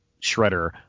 Shredder